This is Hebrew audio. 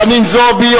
חנין זועבי,